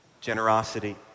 generosity